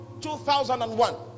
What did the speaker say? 2001